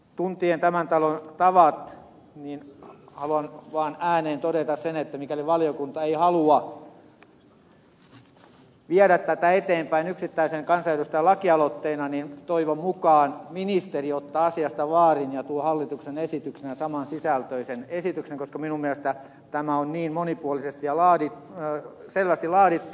tuntien tämän talon tavat haluan vaan ääneen todeta sen että mikäli valiokunta ei halua viedä tätä eteenpäin yksittäisen kansanedustajan lakialoitteena niin toivon mukaan ministeri ottaa asiasta vaarin ja tuo hallituksen esityksenä samansisältöisen esityksen koska minun mielestäni tämä on niin monipuolisesti ja selvästi laadittu